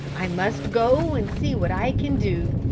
i must go and see what i can do.